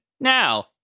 now